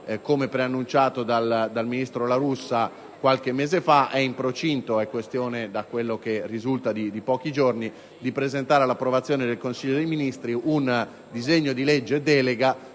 come preannunciato dal ministro La Russa qualche mese fa, è in procinto - è questione, da quel che risulta, di pochi giorni - di presentare all'approvazione del Consiglio dei ministri un disegno di legge delega